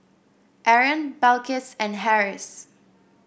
Aaron Balqis and Harris